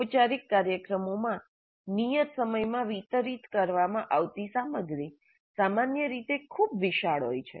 ઔપચારિક કાર્યક્રમોમાં નિયત સમયમાં વિતરિત કરવામાં આવતી સામગ્રી સામાન્ય રીતે ખૂબ વિશાળ હોય છે